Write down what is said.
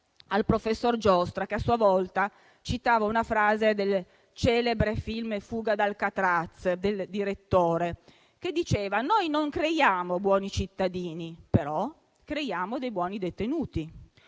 al professor Giostra, che a sua volta citava una frase del celebre film «Fuga da Alcatraz», pronunciata dal direttore, che diceva: «Noi non creiamo buoni cittadini, però creiamo dei buoni detenuti,